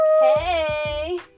Hey